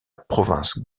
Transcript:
province